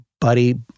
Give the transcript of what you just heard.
Buddy